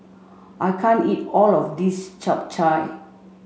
I can't eat all of this Chap Chai